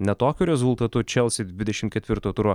ne tokiu rezultatu chelsea dvidešimt ketvirto turo